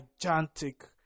gigantic